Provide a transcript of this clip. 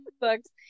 Books